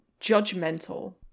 judgmental